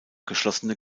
geschlossene